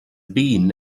been